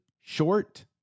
short